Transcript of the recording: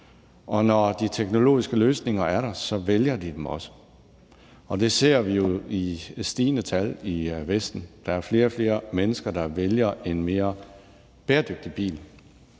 og når de teknologiske løsninger er der, så vælger de dem også. Det ser vi jo i stigende tal i Vesten. Der er flere og flere mennesker, der vælger en mere bæredygtig bil.